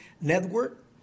Network